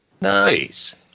Nice